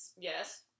Yes